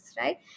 right